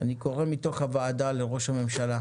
אני קורא מתוך הוועדה לראש הממשלה